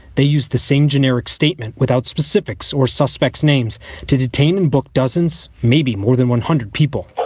they used the same generic statement without specifics or suspects names to detain and booked dozens, maybe more than one hundred people